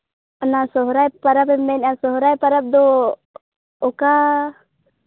ᱚᱱᱟ ᱥᱚᱦᱚᱨᱟᱭ ᱯᱚᱨᱚᱵᱮᱢ ᱢᱮᱱᱮᱜᱼᱟ ᱥᱚᱦᱚᱨᱟᱭ ᱯᱚᱨᱚᱵᱽ ᱫᱚ ᱚᱠᱟ